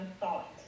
thought